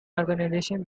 organisations